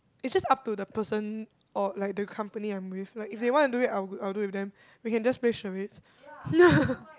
it's just up to the person or like the company I'm with like if they want to do it I'll I'll do it with them we can just play charades